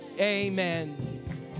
amen